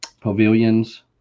pavilions